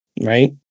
Right